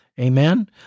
Amen